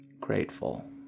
grateful